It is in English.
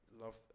love